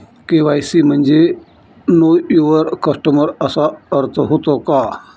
KYC म्हणजे know your customer असा अर्थ होतो का?